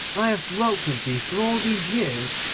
i have dwelt with thee for all these years,